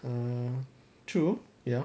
um true ya